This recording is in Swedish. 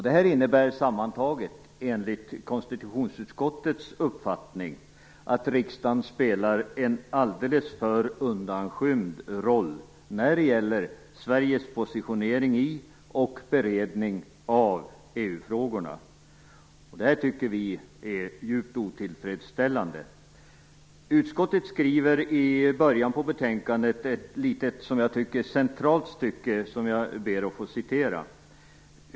Detta innebär sammantaget, enligt konstitutionsutskottets uppfattning, att riksdagen spelar en alldeles för undanskymd roll när det gäller Sveriges positionering i och beredning av EU-frågorna. Detta tycker vi är djupt otillfredsställande. Utskottet skriver i början på betänkandet ett centralt stycke som jag ber att få citera.